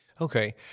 Okay